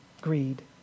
greed